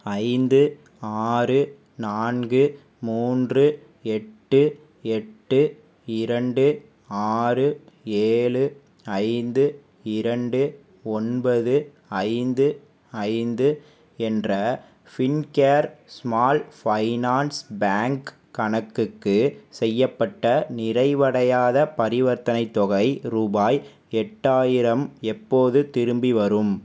ஐந்து ஆறு நான்கு மூன்று எட்டு எட்டு இரண்டு ஆறு ஏழு ஐந்து இரண்டு ஒன்பது ஐந்து ஐந்து என்ற ஃபின்கேர் ஸ்மால் ஃபைனான்ஸ் பேங்க் கணக்குக்கு செய்யப்பட்ட நிறைவடையாத பரிவர்த்தனைத் தொகை ரூபாய் எட்டாயிரம் எப்போது திரும்பி வரும்